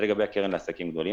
זה לגבי הקרן לעסקים גדולים.